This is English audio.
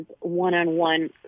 one-on-one